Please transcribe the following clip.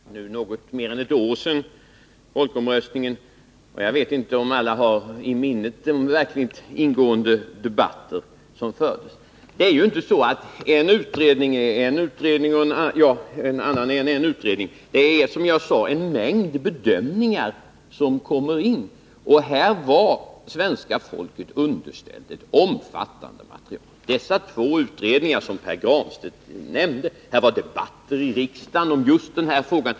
Fru talman! Det är nu något mer än ett år sedan folkomröstningen ägde rum. Jag vet inte om alla har i minne de verkligt ingående debatter som då fördes. Som jag sade kommer en mängd bedömningar in i bilden. Ett omfattande material underställdes det svenska folket. Jag avser då de två utredningar som Pär Granstedt nämnde och de debatter i riksdagen som förekom om just den här frågan.